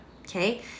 okay